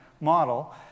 model